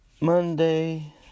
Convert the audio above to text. Monday